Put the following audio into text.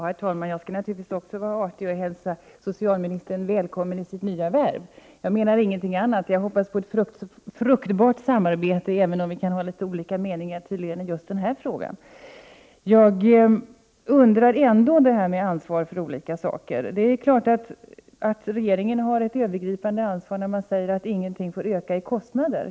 Herr talman! Också jag skall naturligtvis vara artig och hälsa socialministern välkommen i hans nya värv. Jag menar ingenting annat. Jag hoppas på ett fruktbart samarbete, även om vi tydligen kan ha olika meningar i just den här frågan. Jag undrar ändå över hur det är med ansvaret för olika saker. Det är klart att regeringen tar ett övergripande ansvar när den säger att kostnaderna inte får öka.